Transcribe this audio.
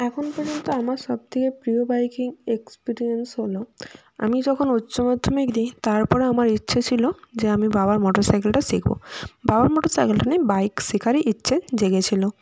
এখন পর্যন্ত আমার সবথেকে প্রিয় বাইকিং এক্সপিরিয়েন্স হল আমি যখন উচ্চ মাধ্যমিক দিই তারপরে আমার ইচ্ছে ছিল যে আমি বাবার মোটর সাইকেলটা শিখব বাবার মোটর সাইকেলটা নিয়ে বাইক শেখারই ইচ্ছে জেগেছিল